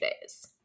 days